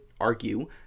argue